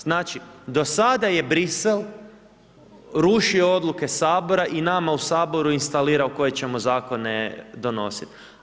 Znači, do sada je Bruxelles rušio odluke Sabora i nama u Saboru instalirao koje ćemo zakone donositi.